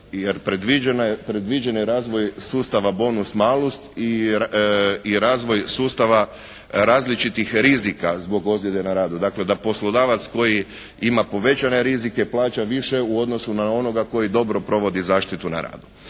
jer predviđeni razvoj sustava bonus malus i razvoj sustava različitih rizika zbog ozljede na radu. Dakle, da poslodavac koji ima povećane rizike plaća više u odnosu na onoga koji dobro provodi zaštitu na radu.